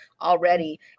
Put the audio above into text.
already